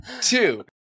Two